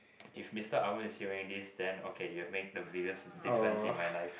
if Mister Arun is hearing this then okay you have made the biggest difference in my life